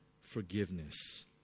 forgiveness